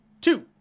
two